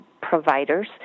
providers